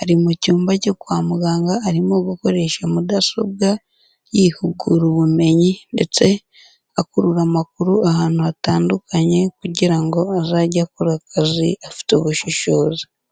Ari mu cyumba cyo kwa muganga, arimo gukoresha mudasobwa yihugurabumenyi ndetse akurura amakuru ahantu hatandukanye kugira ngo azajye akora akazi afite ubushishozi.